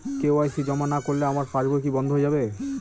KYC জমা না করলে আমার পাসবই কি বন্ধ হয়ে যাবে?